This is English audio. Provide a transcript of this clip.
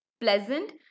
pleasant